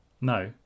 no